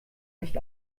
nicht